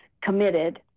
committed